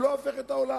הוא לא הופך את העולם.